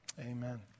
amen